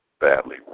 badly